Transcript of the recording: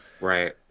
right